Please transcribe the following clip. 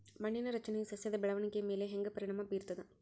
ಮಣ್ಣಿನ ರಚನೆಯು ಸಸ್ಯದ ಬೆಳವಣಿಗೆಯ ಮೇಲೆ ಹೆಂಗ ಪರಿಣಾಮ ಬೇರ್ತದ?